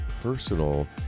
personal